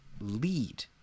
lead